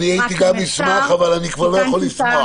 גם אני הייתי שמח, אבל אני כבר לא יכול לשמוח.